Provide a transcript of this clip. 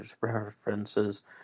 references